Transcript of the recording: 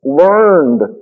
learned